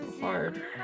hard